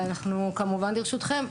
ואנחנו כמובן לרשותכם.